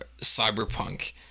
cyberpunk